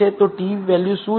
તો t value શું છે